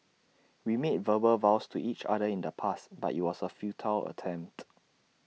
we made verbal vows to each other in the past but IT was A futile attempt